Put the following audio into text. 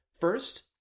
First